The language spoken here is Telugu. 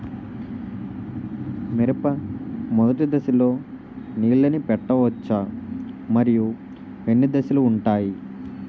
మిరప మొదటి దశలో నీళ్ళని పెట్టవచ్చా? మరియు ఎన్ని దశలు ఉంటాయి?